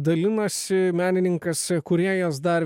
dalinasi menininkas kūrėjas dar